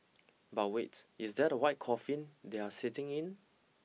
but wait is that a white coffin they are sitting in